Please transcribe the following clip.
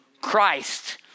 Christ